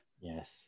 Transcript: Yes